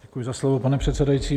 Děkuji za slovo, pane předsedající.